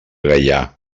gaià